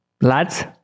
lads